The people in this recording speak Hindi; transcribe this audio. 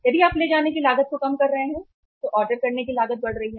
यदि आप ले जाने की लागत को कम कर रहे हैं तो ऑर्डर करने की लागत बढ़ रही है